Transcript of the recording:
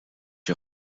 est